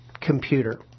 computer